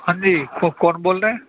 ہاں جی کو کون بول رہے ہیں